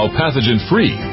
pathogen-free